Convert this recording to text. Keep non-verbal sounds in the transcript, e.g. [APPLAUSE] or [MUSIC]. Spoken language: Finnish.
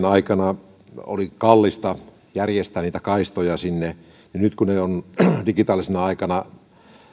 [UNINTELLIGIBLE] aikana oli kallista järjestää niitä kaistoja sinne mutta nyt kun ne on digitaalisena aikana